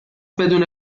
بدون